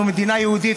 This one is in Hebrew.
אנחנו מדינה יהודית,